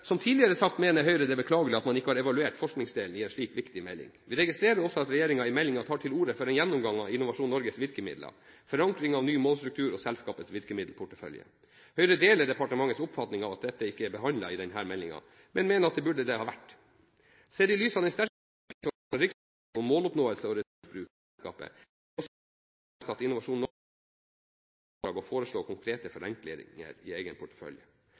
Som tidligere sagt, mener Høyre det er beklagelig at man ikke har evaluert forskningsdelen i en så viktig melding. Vi registrerer også at regjeringen i meldingen tar til orde for en gjennomgang av Innovasjon Norges virkemidler, forankring av ny målstruktur og selskapets virkemiddelportefølje. Høyre deler departementets oppfatning av at dette ikke er behandlet i denne meldingen, men mener at det burde det ha vært. Sett i lys av den sterke kritikken som kom fra Riksrevisjonen om måloppnåelse og ressursbruk i selskapet, blir vi også betenkt når vi leser at Innovasjon Norge selv skal gis i oppdrag å